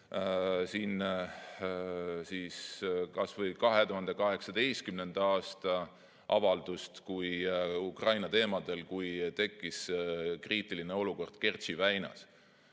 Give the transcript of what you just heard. siin kas või 2018. aasta avaldust Ukraina teemadel, kui tekkis kriitiline olukord Kertši väinas.